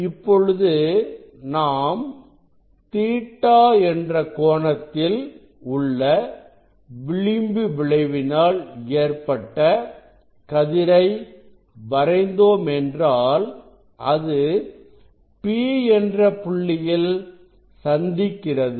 இப்பொழுது நாம் Ɵ என்ற கோணத்தில் உள்ள விளிம்பு விளைவினால் ஏற்பட்ட கதிரை வரைந்தோம் என்றால் அது P என்ற புள்ளியில் சந்திக்கிறது